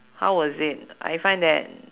how was it I find that